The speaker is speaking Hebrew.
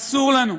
אסור לנו.